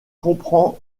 comprend